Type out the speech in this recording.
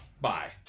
bye